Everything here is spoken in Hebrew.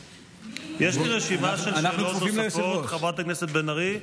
יש לי רשימה של שאלות נוספות: חברת הכנסת בן ארי,